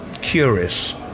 curious